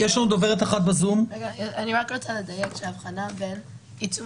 אני רק רוצה לדייק שההבחנה בין עיצום